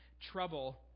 trouble